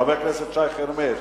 חבר הכנסת שי חרמש,